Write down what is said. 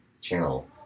channel